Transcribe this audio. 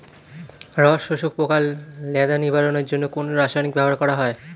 রস শোষক পোকা লেদা নিবারণের জন্য কোন রাসায়নিক ব্যবহার করা হয়?